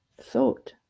thought